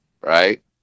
Right